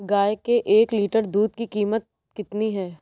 गाय के एक लीटर दूध की कीमत कितनी है?